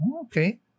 okay